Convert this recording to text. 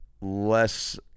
less